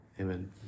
Amen